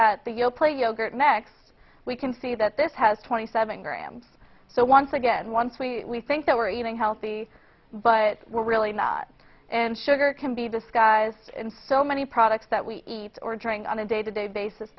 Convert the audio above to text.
at the you'll play yogurt next we can see that this has twenty seven grams so once again once we think that we're eating healthy but we're really not and sugar can be disguised in so many products that we eat or trying on a day to day basis